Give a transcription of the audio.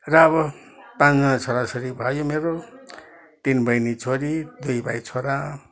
र अब पाँचजना छोरा छोरी भयो मेरो तिन बहिनी छोरी दुई भाइ छोरा